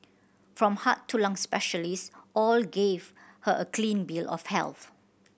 from heart to lung specialist all gave her a clean bill of health